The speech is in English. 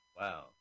Wow